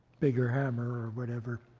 bigger hammer or whatever,